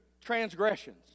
transgressions